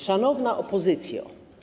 Szanowna Opozycjo!